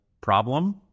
problem